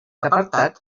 apartat